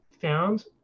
found